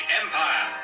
empire